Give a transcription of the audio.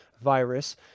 virus